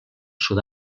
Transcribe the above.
sud